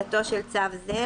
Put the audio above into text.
תחילה 2. (א) תחילתו של צו זה,